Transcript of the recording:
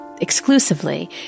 exclusively